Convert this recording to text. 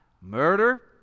murder